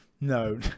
no